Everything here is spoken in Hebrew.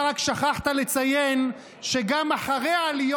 אתה רק שכחת לציין שגם אחרי עליות